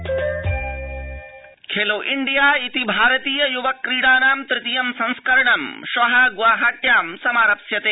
खेलो ग्डिया खेलो इण्डिया इति भारतीय युव क्रीडानां तृतीयं संस्करणं श्वो गुआहाट्यां समारप्स्यते